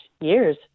years